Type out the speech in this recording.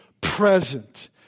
present